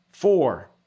four